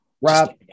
Rob